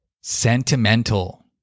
Sentimental